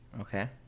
Okay